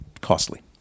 costly